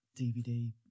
DVD